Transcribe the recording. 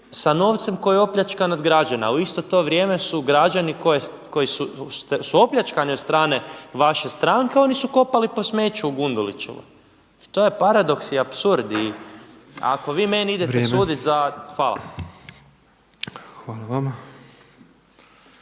sa novcem koji je opljačkan od građana. A u isto to vrijeme su građani koji su opljačkani od strane vaše stranke oni su kopali po smeću u Gundulićevoj. I to je paradoks i apsurd i ako vi meni idete sudit … /Upadica